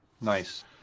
Nice